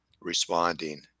responding